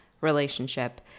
relationship